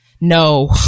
no